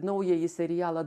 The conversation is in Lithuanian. naująjį serialą